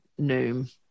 Noom